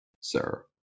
sir